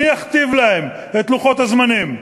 מי יכתיב להם את לוחות הזמנים?